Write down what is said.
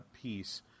piece